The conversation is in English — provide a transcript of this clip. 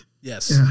Yes